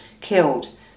killed